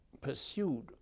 pursued